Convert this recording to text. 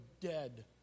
dead